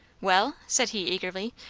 well? said he eagerly.